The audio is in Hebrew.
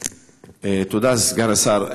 תודה, סגן השר.